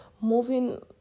moving